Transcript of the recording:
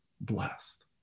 blessed